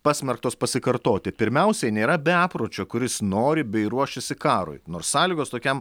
pasmerktos pasikartoti pirmiausiai nėra bepročio kuris nori bei ruošiasi karui nors sąlygos tokiam